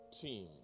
team